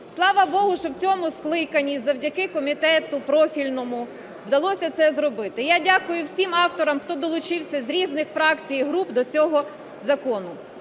Слава Богу, що в цьому скликанні, завдяки комітету профільному, вдалося це зробити. І я дякую всім авторам, хто долучився з різних фракцій і груп до цього закону.